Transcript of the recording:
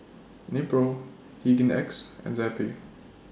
Nepro Hygin X and Zappy